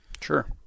Sure